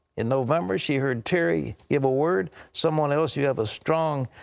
in november, she heard terry give a word. someone else, you have a strong,